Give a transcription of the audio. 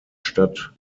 statt